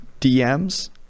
dms